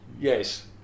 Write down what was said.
Yes